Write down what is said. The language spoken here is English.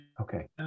Okay